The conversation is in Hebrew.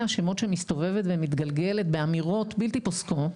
השמות שמסתובבת ומתגלגלת באמירות בלתי פוסקות.